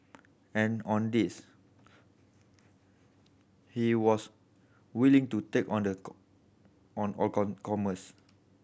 and on this he was willing to take on the on all comers